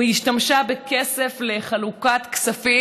היא השתמשה בכסף לחלוקת כספים,